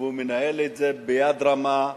והוא מנהל את זה ביד רמה,